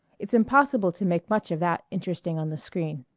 it's impossible to make much of that interesting on the screen.